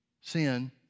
sin